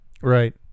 right